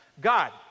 God